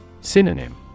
Synonym